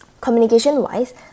Communication-wise